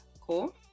Cool